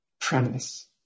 premise